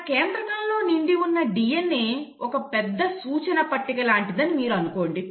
మన కేంద్రకంలో నిండి ఉన్న DNA ఒక పెద్ద సూచన పట్టిక లాంటిదని మీరు అనుకోండి